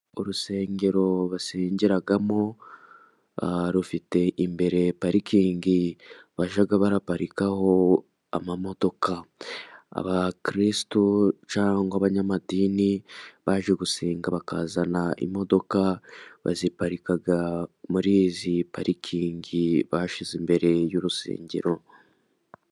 Urusengero basengeramo rufite imbere parikingi bajya baraparikaho amamodoka. Abakirisitu cyangwa abanyamadini baje gusenga bakazana imodoka baziparika muri izi parikingi bashyize imbere y'urusengero.